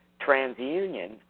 TransUnion